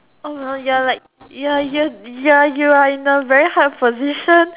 oh you are like you are ya you are you are in a very hard position